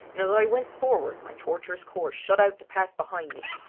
and as i went forward my tortuous course shut out the path behind me.